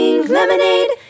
lemonade